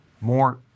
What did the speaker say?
more